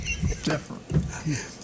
different